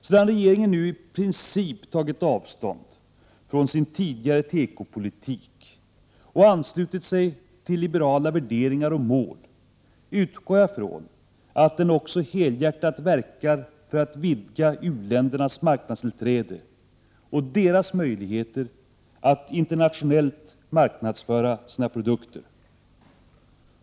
Sedan regeringen nu i princip har tagit avstånd från sin tidigare tekopolitik och har anslutit sig till liberala värderingar och mål utgår jag ifrån att den också helhjärtat verkar för att vidga u-ländernas marknadstillträde och u-ländernas möjligheter att internationellt marknadsföra sina produkter.